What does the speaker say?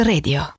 Radio